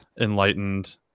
enlightened